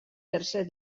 tercer